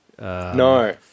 No